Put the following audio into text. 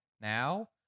now